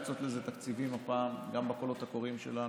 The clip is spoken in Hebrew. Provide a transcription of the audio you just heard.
תקציבים הפעם, גם בקולות הקוראים שלנו,